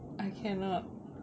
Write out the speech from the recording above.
I cannot